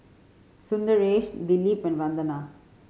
Sundaresh Dilip and Vandana